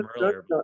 earlier